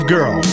Girl